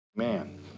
man